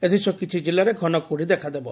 ଏଥିସହ କିଛି କିଲ୍ଲାରେ ଘନ କୁହୁଡ଼ି ଦେଖାଦେବ